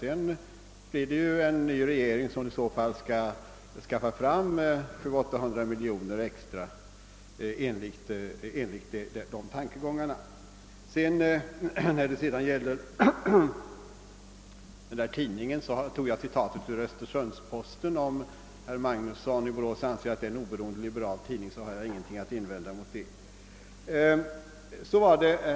Det blir sedan en ny regering som i så fall enligt dessa tankegångar skall skaffa fram 700—800 miljoner kronor extra. Jag hämtade mitt citat ur Östersunds Posten. Om herr Magnusson i Borås anser att det är en oberoende liberal tidning, har jag inget att invända mot det.